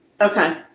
Okay